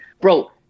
bro